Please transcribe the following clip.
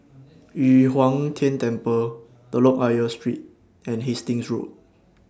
Yu Huang Tian Temple Telok Ayer Street and Hastings Road